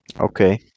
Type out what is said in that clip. Okay